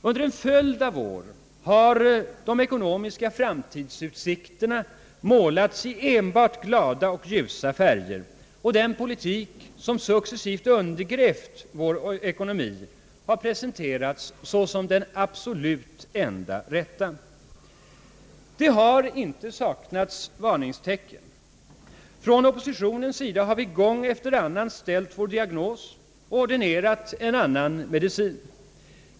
Under en följd av år har de ekonomiska framtidsutsikterna målats i enbart glada och ljusa färger, och den politik som successivt undergrävt vår ekonomi har presenterats som den enda rätta. Varningstecken har inte saknats. Från oppositionens sida har vi gång efter annan ställt vår diagnos och ordinerat en annan medicin.